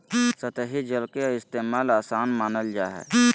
सतही जल के इस्तेमाल, आसान मानल जा हय